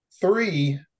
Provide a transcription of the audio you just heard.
three